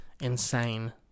insane